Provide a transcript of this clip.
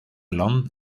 land